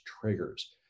triggers